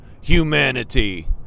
humanity